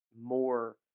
more